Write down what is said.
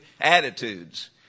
attitudes